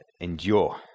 endure